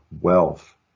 wealth